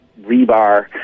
rebar